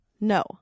No